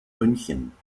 münchen